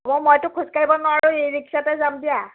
হ'ব মইতো খোজকাঢ়িব নোৱাৰোঁ ই ৰিক্সাতে যাম দিয়া